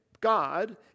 God